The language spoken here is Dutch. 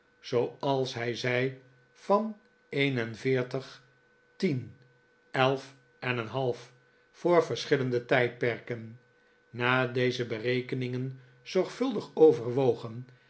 zooals hij zei van een en veertig tien elf en een half voor verschillende tijdperken na deze berekeningen zorgvuldig pverwogen